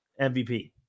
MVP